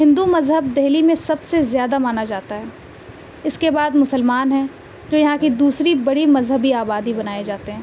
ہندو مذہب دہلی میں سب سے زیادہ مانا جاتا ہے اس کے بعد مسلمان ہیں جو یہاں کی دوسری بڑی مذہبی آبادی بنائے جاتے ہیں